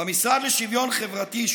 במשרד לשוויון חברתי,